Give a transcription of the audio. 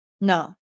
No